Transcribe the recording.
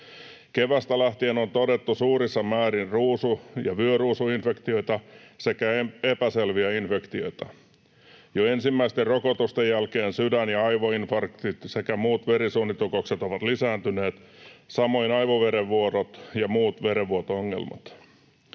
Keväästä lähtien on todettu suurissa määrin ruusu‑ ja vyöruusuinfektioita sekä epäselviä infektioita. Jo ensimmäisten rokotusten jälkeen sydän‑ ja aivoinfarktit sekä muut verisuonitukokset ovat lisääntyneet, samoin aivoverenvuodot ja muut verenvuoto-ongelmat.